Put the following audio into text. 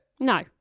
No